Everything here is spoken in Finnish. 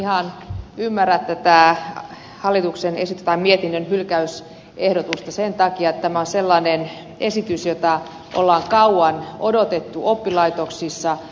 en ihan ymmärrä tätä mietinnön hylkäysehdotusta sen takia että tämä on sellainen esitys jota on kauan odotettu oppilaitoksissa